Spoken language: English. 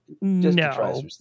No